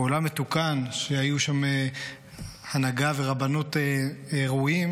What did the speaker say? בעולם מתוקן שהיו בו הנהגה ורבנות ראויים